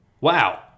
wow